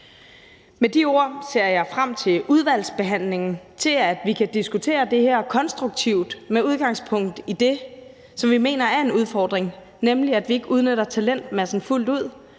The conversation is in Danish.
Med de ord ser jeg frem til udvalgsbehandlingen og til, at vi kan diskutere det her konstruktivt med udgangspunkt i det, som vi mener er en udfordring, nemlig at vi ikke udnytter talentmassen fuldt ud,